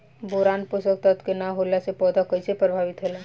Boron पोषक तत्व के न होला से पौधा कईसे प्रभावित होला?